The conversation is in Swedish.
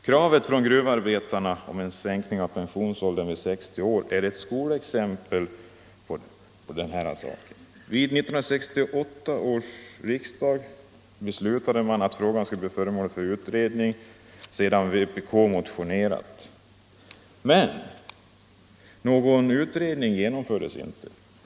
Kravet från gruvarbetarna om en sänkning av pensionsåldern till 60 år är ett skolexempel på denna nonchalans. Vid 1968 års riksdag be slutades att frågan skulle bli föremål för utredning sedan vpk motionerat. Nr 134 Men någon utredning genomfördes inte.